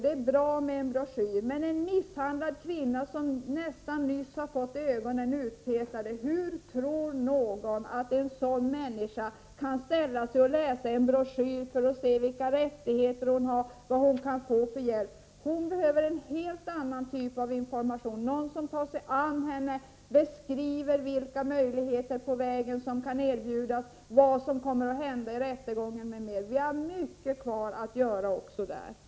Men hur tror någon att en misshandlad kvinna som nyss har fått ögonen nästan utpetade skall kunna ställa sig och läsa en broschyr för att se vilka rättigheter hon har och vilken hjälp hon kan få? Hon behöver en helt annan typ av information. Hon behöver någon som kan ta sig an henne, beskriva vilka möjligheter som kan erbjudas henne på vägen och vad som kommer att hända under rättegången osv. Vi har mycket kvar att göra också på detta område.